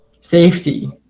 safety